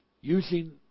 Using